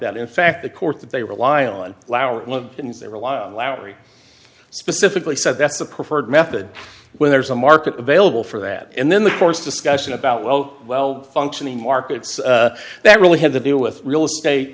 that in fact the court that they rely on lauer they rely on lowery specifically said that's the preferred method when there's a market available for that and then the course discussion about well well functioning markets that really had to deal with real estate